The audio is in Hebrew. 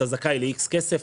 אתה זכאי ל-X כסף,